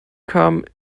come